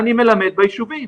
אני מלמד ביישובים.